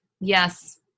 Yes